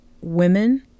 women